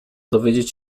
dowiedzieć